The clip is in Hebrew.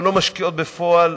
או לא משקיעות בפועל,